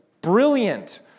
brilliant